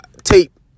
tape